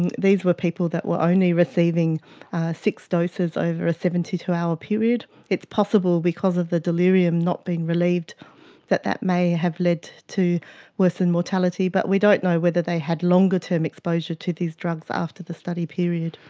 and these were people that were only receiving six doses over a seventy two hour period. it's possible because of the delirium not being relieved that that may have led to worsened and mortality, but we don't know whether they had longer term exposure to these drugs after the study period.